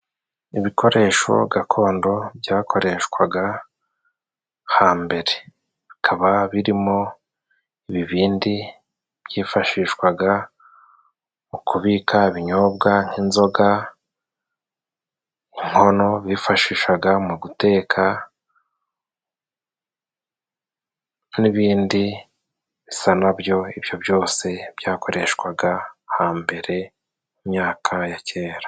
Ibikoresho gakondo byakoreshwaga hambere. Bikaba birimo ibibindi byifashishwaga mu kubika ibinyobwa nk'inzoga, inkono bifashishaga mu guteka, n'ibindi bisa na byo, ibyo byose byakoreshwaga hambere mu myaka ya kera.